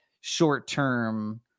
short-term